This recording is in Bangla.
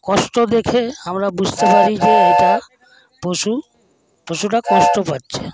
কষ্ট দেখে আমরা বুঝতে পারি যে এটা পশু পশুটা কষ্ট পাচ্ছে